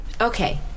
Okay